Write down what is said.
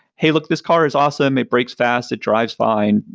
hey, look. this car is awesome. it brakes fast, it drives fine.